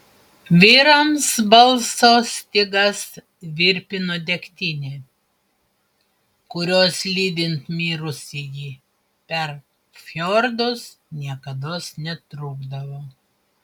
vyrams balso stygas virpino degtinė kurios lydint mirusįjį per fjordus niekados netrūkdavo